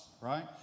right